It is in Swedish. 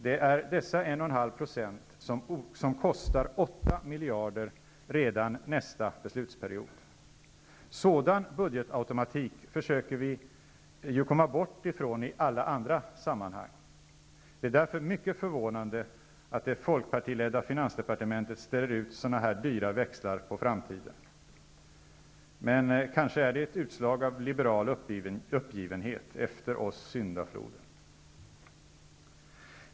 Det är dessa 1,5 % som kostar 8 miljarder redan nästa beslutsperiod. Sådan budgetautomatik försöker vi ju komma bort ifrån i alla andra sammanhang. Det är därför mycket förvånande att det folkpartiledda finansdepartementet ställer ut sådana här dyra växlar på framtiden. Men kanske är det ett utslag av liberal uppgivenhet: ''Efter oss syndafloden''.